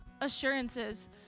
assurances